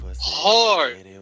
hard